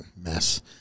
mess